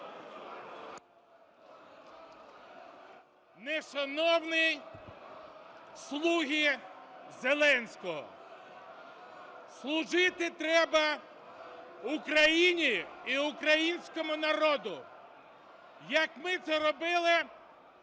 Нешановні "слуги Зеленського"! (Шум у залі) Служити треба Україні і українському народу, як ми це робили